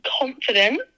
confident